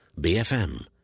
BFM